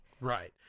Right